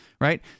right